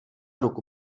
ruku